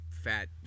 fat